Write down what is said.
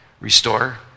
restore